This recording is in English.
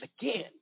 again